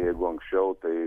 jeigu anksčiau tai